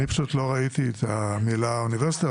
אני פשוט לא ראיתי את המילה "אוניברסיטה".